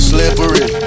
Slippery